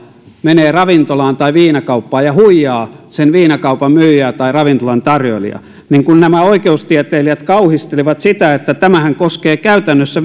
menee ravintolaan tai viinakauppaan ja huijaa viinakaupan myyjää tai ravintolan tarjoilijaa kun nämä oikeustieteilijät kauhistelivat sitä että tämähän koskee käytännössä